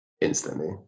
instantly